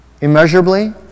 immeasurably